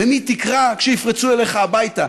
למי תקרא כשיפרצו אליך הביתה?